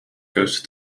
keuze